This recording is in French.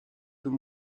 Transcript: peut